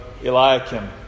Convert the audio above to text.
Eliakim